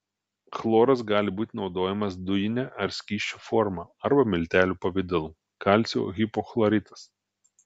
chloras gali būti naudojamas dujine ar skysčio forma arba miltelių pavidalu kalcio hipochloritas